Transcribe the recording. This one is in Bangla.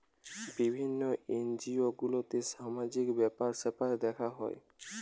বিভিন্ন এনজিও গুলাতে সামাজিক ব্যাপার স্যাপার দেখা হয়